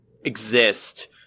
exist